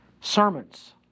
sermons